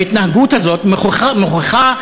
ההתנהגות הזאת מוכיחה,